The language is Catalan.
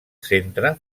centre